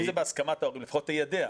אם זה בהסכמת ההורים לפחות תיידע.